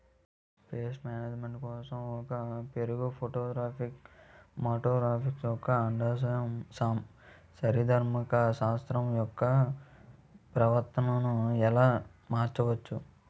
Paste management కోసం ఒక పురుగు ఫైటోఫాగస్హె మటోఫాగస్ యెక్క అండాశయ శరీరధర్మ శాస్త్రం మరియు ప్రవర్తనను ఎలా మార్చచ్చు?